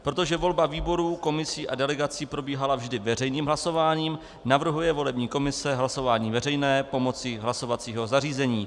Protože volba výborů, komisí a delegací probíhala vždy veřejným hlasováním, navrhuje volební komise hlasování veřejné pomocí hlasovacího zařízení.